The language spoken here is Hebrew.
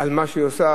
על מה שהיא עושה.